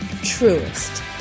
Truest